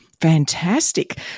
Fantastic